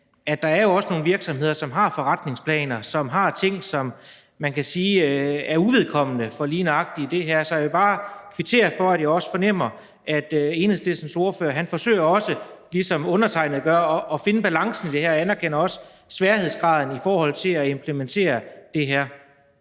fordi der jo også er nogle virksomheder, som har forretningsplaner; som har ting, man kan sige er uvedkommende for lige nøjagtig det her. Så jeg vil bare kvittere for, at jeg fornemmer, at Enhedslistens ordfører ligesom undertegnede også forsøger om at finde balancen i det her. Jeg anerkender også sværhedsgraden i forhold til at implementere det her.